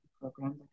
program